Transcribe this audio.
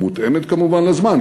מותאמת כמובן לזמן,